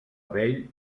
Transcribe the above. vell